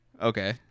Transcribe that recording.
okay